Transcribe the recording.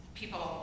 people